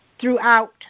throughout